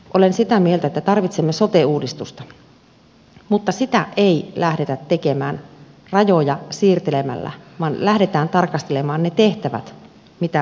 olen sitä mieltä että tarvitsemme sote uudistusta mutta sitä ei lähdetä tekemään rajoja siirtelemällä vaan lähdetään tarkastelemaan niitä tehtäviä mitä on annettu